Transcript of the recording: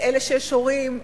לאלה שיש להם הורים,